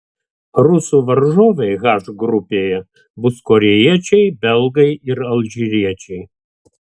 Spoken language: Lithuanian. rusų varžovai h grupėje bus korėjiečiai belgai ir alžyriečiai